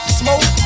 smoke